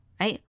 right